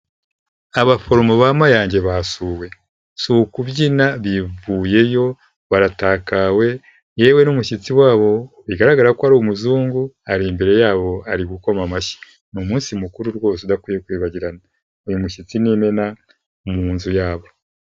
Abaforomo ba Mayange basuwe, si ukubyina bivuyeyo baratawe yewe n'umushyitsi wabo bigaragara ko ari umuzungu ari imbere yabo ari gukoma amashyi, ni umunsi mukuru rwose udakwiye kwibagirana, uyu mushyitsi ni imena mu nzu yabo.